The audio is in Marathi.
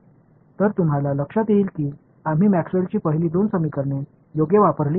तर तुम्हाला लक्षात येईल की आम्ही मॅक्सवेलची पहिली दोन समीकरणे योग्य वापरली आहेत